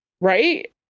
Right